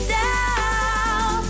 down